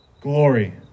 Glory